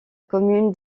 commune